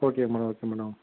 okay madam okay madam